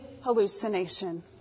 hallucination